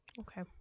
Okay